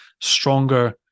stronger